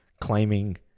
claiming